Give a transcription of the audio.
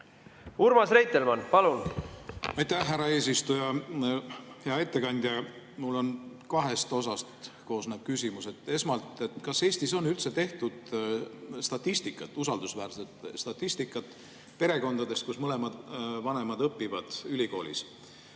Urmas Reitelmann, palun! Aitäh, härra eesistuja! Hea ettekandja! Mul on kahest osast koosnev küsimus. Esmalt, kas Eestis on üldse tehtud statistikat, usaldusväärset statistikat perekondade kohta, kus mõlemad vanemad õpivad ülikoolis?